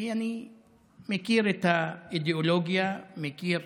כי אני מכיר את האידיאולוגיה, מכיר